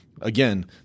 again